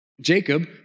Jacob